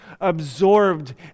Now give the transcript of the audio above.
absorbed